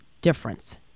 difference